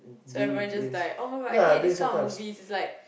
so everyone just died [oh]-my-God I hate this kind of movie it's like